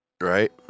Right